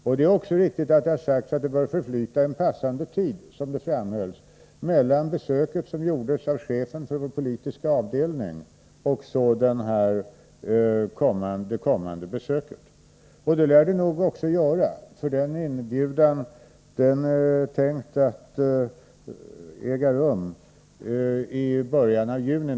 Det skall också medges att man samtidigt uttalade att det bör förflyta en passande tid mellan det besök som gjordes i Sovjetunionen av chefen för vår politiska avdelning och det kommande ministerbesöket. Det lär det nog också göra, för jordbruksministerns besök är tänkt att äga rum någon gång i början av juni.